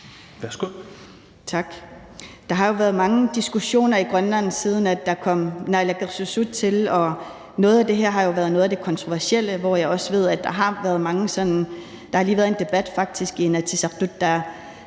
går så godt